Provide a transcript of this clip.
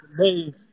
hey